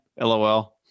LOL